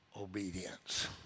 obedience